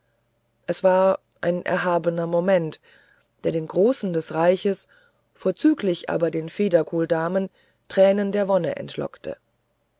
es war ein großer erhabener moment der den großen des reichs vorzüglich aber den federkohldamen tränen der wonne entlockte